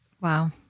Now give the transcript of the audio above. Wow